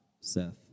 Seth